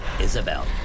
Isabel